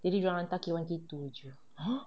jadi dorang hantar K one K two jer !huh!